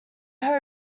hope